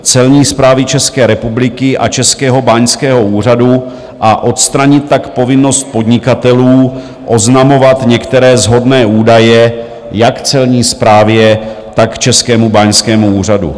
Celní správy České republiky a Českého báňského úřadu a odstranit tak povinnost podnikatelů oznamovat některé shodné údaje jak Celní správě, tak Českému báňskému úřadu.